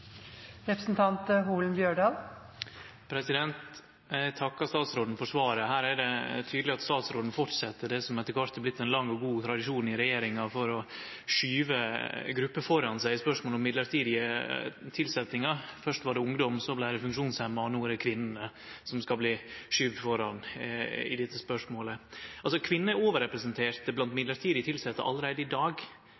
takkar statsråden for svaret. Her er det tydeleg at statsråden fortset det som etter kvart har vorte ein lang og god tradisjon i regjeringa med å skyve grupper framfor seg i spørsmålet om mellombelse tilsetjingar. Først var det ungdom, så var det funksjonshemma, og no er det kvinnene som ein skal skyve framfor seg i dette spørsmålet. Kvinner er overrepresenterte blant